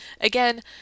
again